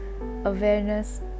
Awareness